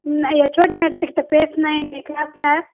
ம் நான் ஹெச்ஓடி மேடத்துக்கிட்ட பேசினேன் எங்கள் க்ளாஸில்